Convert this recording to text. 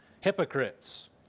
Hypocrites